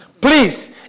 Please